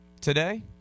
today